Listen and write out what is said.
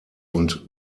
und